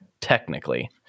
technically